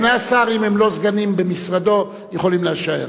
סגני השר, אם הם לא סגנים במשרדו, יכולים להישאר.